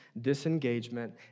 disengagement